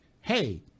hey